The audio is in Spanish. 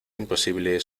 imposible